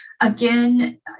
again